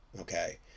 Okay